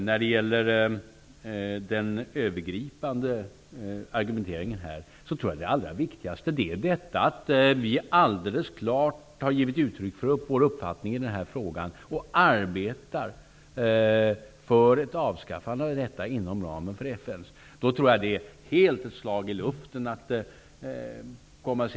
När det gäller den övergripande argumenteringen tror jag att det allra viktigaste är det faktum att vi alldeles klart har givit uttryck för vår uppfattning och arbetar för ett avskaffande av antipersonella minor inom ramen för FN:s verksamhet.